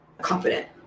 confident